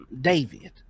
David